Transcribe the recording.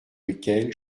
lequel